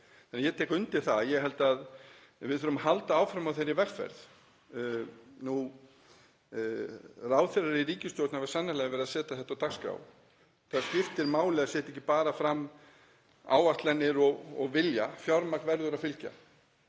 heiminum. Ég tek undir það, ég held að við þurfum að halda áfram á þeirri vegferð. Ráðherrar í ríkisstjórn hafa sannarlega verið að setja þetta á dagskrá. Það skiptir máli að setja ekki bara fram áætlanir og vilja, fjármagn verður að fylgja,